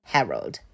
Harold